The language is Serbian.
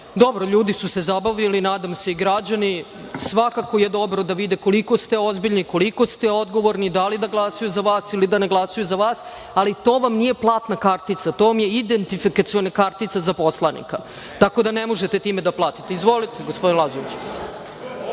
želite. Dobro, ljudi su se zabavili, nadam se i građani, svakako je dobro da vide koliko ste ozbiljni, koliko ste odgovorni, da li da glasaju za vas ili da ne glasaju za vas, ali to vam nije platna kartica, to vam je identifikaciona kartica za poslanika. Tako da ne možete time da platite. Izvolite gospodine